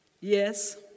Yes